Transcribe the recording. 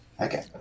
Okay